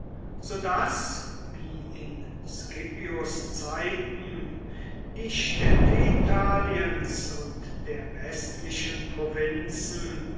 so daß wie in scipios zeiten die städte italiens und der westlichen provinzen